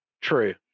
true